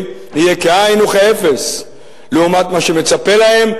יהיה כאין וכאפס לעומת מה שמצפה להם,